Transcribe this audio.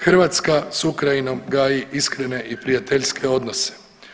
Hrvatska s Ukrajinom gaji iskrene i prijateljske odnose.